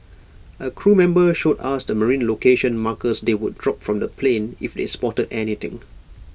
A crew member showed us the marine location markers they would drop from the plane if they spotted anything